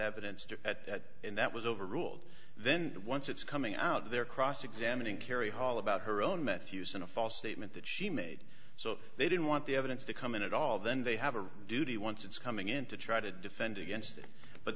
evidence to at and that was overruled then once it's coming out they're cross examining carrie hall about her own mathewson a false statement that she made so they didn't want the evidence to come in at all then they have a duty once it's coming in to try to defend against it but